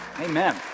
Amen